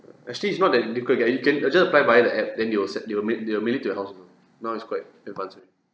actually it's not that difficult to get you can just apply via the app then they will send they will mail they will mail it to house also now is quite advanced al~